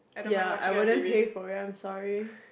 ya I wouldn't pay for it I'm sorry